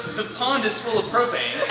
the pond is full of propane,